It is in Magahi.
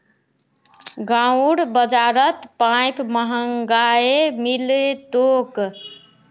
गांउर बाजारत पाईप महंगाये मिल तोक